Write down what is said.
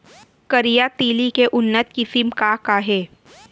करिया तिलि के उन्नत किसिम का का हे?